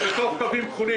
מצוין.